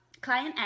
client